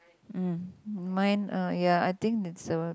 mm mine uh ya I think is a